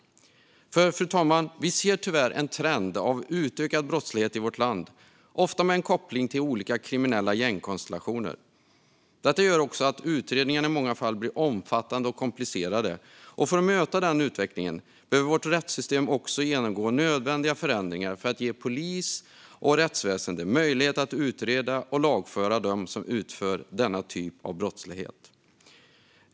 Vi ser nämligen, fru talman, tyvärr en trend av ökad brottslighet i vårt land, ofta med koppling till olika kriminella gängkonstellationer. Detta gör också att utredningarna i många fall blir omfattande och komplicerade, och för att möta denna utveckling behöver vårt rättssystem också genomgå nödvändiga förändringar för att ge polis och rättsväsen möjlighet att utreda och lagföra dem som utför denna typ av brottslighet.